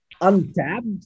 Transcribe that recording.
untapped